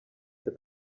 the